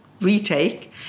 retake